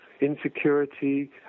Insecurity